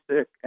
sick